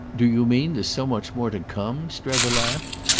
do you mean there's so much more to come? strether laughed.